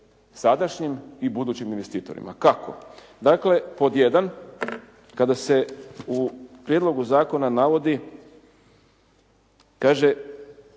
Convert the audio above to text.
sadašnjim i budućim investitorima. Kako? Dakle pod jedan. Kada se u prijedlogu zakona navodi kaže